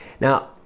Now